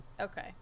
Okay